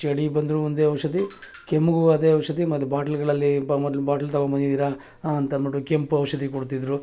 ಚಳಿ ಬಂದ್ರೂ ಒಂದೇ ಔಷಧಿ ಕೆಮ್ಮಿಗೂ ಅದೇ ಔಷಧಿ ಮತ್ತು ಬಾಟ್ಲ್ಗಳಲ್ಲಿ ಮೊದ್ಲು ಬಾಟ್ಲ್ ತಗೊಂಡ್ಬಂದಿದ್ದೀರ ಅಂತ ಅಂದ್ಬಿಟ್ಟು ಕೆಂಪು ಔಷಧಿ ಕೊಡ್ತಿದ್ರು